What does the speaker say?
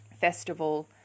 festival